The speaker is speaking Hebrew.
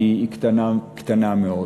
היא קטנה מאוד.